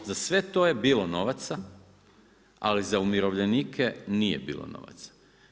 Za sve to je bilo novaca ali za umirovljenike nije bilo novaca.